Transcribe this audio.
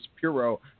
Puro